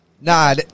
Nah